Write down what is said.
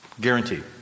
Guaranteed